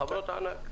חברות הענק.